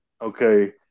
okay